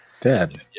dead